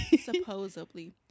supposedly